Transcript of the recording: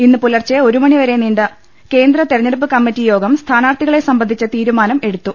ഇന്ന് പുലർച്ചെ ഒരു മണിവരെ നീണ്ട കേന്ദ്ര തെരഞ്ഞെടുപ്പ് കമ്മിറ്റി യോഗം സ്ഥാനാർഥികളെ സംബന്ധിച്ച തീരുമാനം എടുത്തു